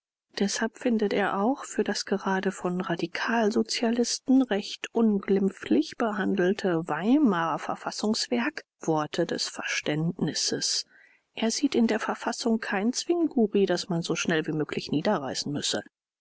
deshalb findet er auch für das gerade von radikalsozialisten recht unglimpflich behandelte weimarer verfassungswerk worte des verständnisses er sieht in der verfassung kein zwinguri das man so schnell wie möglich niederreißen müsse